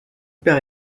père